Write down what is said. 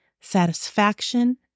satisfaction